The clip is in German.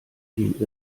gehen